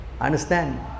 Understand